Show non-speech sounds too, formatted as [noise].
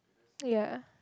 [noise] ya